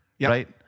right